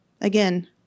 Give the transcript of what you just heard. Again